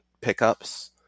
pickups